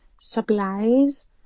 supplies